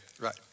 Right